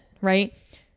right